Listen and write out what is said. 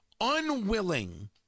unwilling